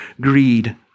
greed